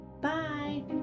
bye